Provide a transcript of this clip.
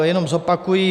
Jenom zopakuji.